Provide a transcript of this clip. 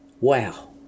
Wow